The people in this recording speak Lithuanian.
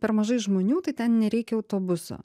per mažai žmonių tai ten nereikia autobuso